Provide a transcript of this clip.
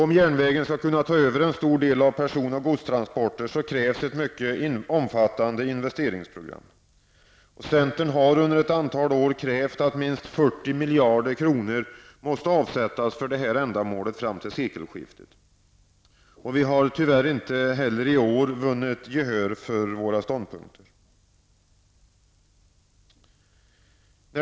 Om järnvägen skall kunna ta över en stor del av person och godstransporterna krävs ett mycket omfattande investeringsprogram. Centern har under ett antal år krävt att minst 40 miljarder kronor skall avsättas för detta ändamål fram till sekelskiftet. Vi har tyvärr inte heller i år vunnit gehör för våra ståndpunkter.